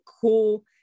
cool